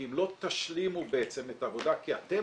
כי אם לא תשלימו את העבודה כי אתם